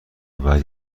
بعدی